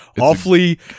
awfully